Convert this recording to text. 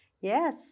Yes